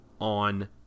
on